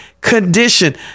Condition